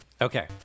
Okay